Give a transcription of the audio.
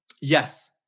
Yes